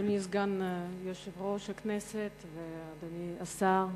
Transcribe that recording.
אדוני סגן יושב-ראש הכנסת ואדוני השר,